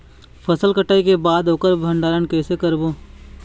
फसल कटाई के बाद ओकर भंडारण कइसे करबो?